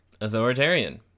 Authoritarian